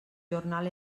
jornal